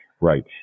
right